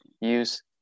use